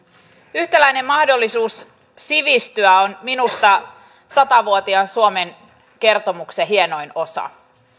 yhtäläinen mahdollisuus sivistyä on minusta sata vuotiaan suomen kertomuksen hienoin osa